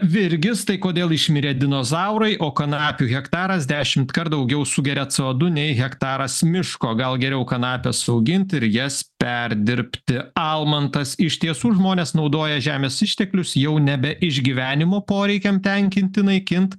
virgis tai kodėl išmirė dinozaurai o kanapių hektaras dešimtkart daugiau sugeria c o du nei hektaras miško gal geriau kanapes augint ir jas perdirbti almantas iš tiesų žmonės naudoja žemės išteklius jau nebe išgyvenimo poreikiam tenkinti naikint